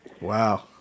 Wow